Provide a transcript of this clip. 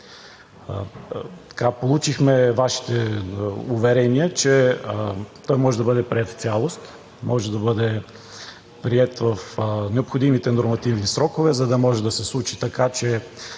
получихме Вашите уверения, че той може да бъде приет в цялост, може да бъде приет в необходимите нормативни срокове, за да може да се случи така, че